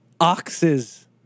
Oxes